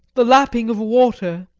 the lapping of water.